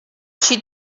she